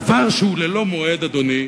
דבר שהוא ללא מועד, אדוני,